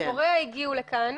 הוריה הגיעו לכאן,